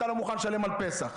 אתה לא מוכן לשלם על פסח